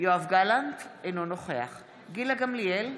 יואב גלנט, אינו נוכח גילה גמליאל,